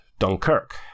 Dunkirk